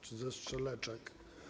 Czy ze Strzeleczek?